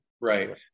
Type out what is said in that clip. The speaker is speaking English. Right